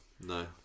no